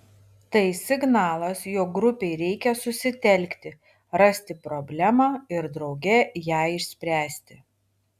tai signalas jog grupei reikia susitelkti rasti problemą ir drauge ją išspręsti